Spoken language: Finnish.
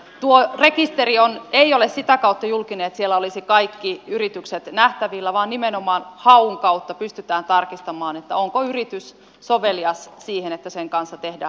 tuo rekisteri ei ole sitä kautta julkinen että siellä olisivat kaikki yritykset nähtävillä vaan nimenomaan haun kautta pystytään tarkistamaan onko yritys sovelias siihen että sen kanssa tehdään alihankintasopimus